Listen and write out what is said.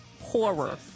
Horror